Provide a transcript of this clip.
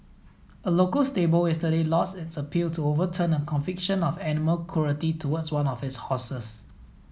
a local stable yesterday lost its appeal to overturn a conviction of animal cruelty towards one of its horses